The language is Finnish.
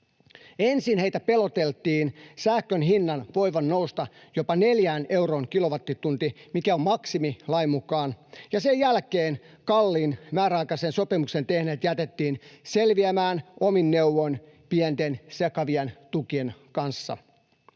Ensin heitä peloteltiin sähkön hinnan voivan nousta jopa neljään euroon kilowattitunnilta, mikä on maksimi lain mukaan, ja sen jälkeen kalliin määräaikaisen sopimuksen tehneet jätettiin selviämään omin neuvoin pienten, sekavien tukien kanssa.